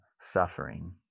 suffering